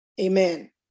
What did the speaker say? Amen